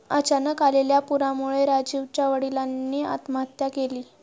अचानक आलेल्या पुरामुळे राजीवच्या वडिलांनी आत्महत्या केली